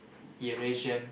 Eurasian